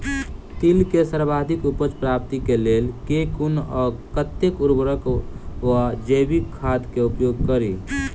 तिल केँ सर्वाधिक उपज प्राप्ति केँ लेल केँ कुन आ कतेक उर्वरक वा जैविक खाद केँ उपयोग करि?